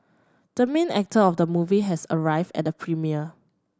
the main actor of the movie has arrived at the premiere